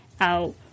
out